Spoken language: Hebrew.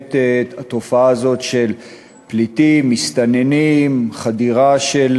ובאמת התופעה הזאת של פליטים, מסתננים, חדירה של